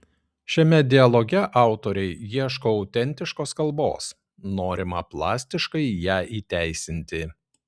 šiame dialoge autoriai ieško autentiškos kalbos norima plastiškai ją įteisinti